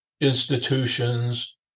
institutions